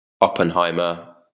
Oppenheimer